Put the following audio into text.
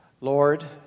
Lord